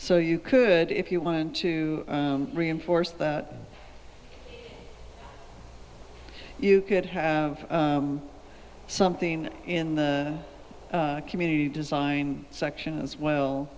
so you could if you want to reinforce that you could have something in the community design section as well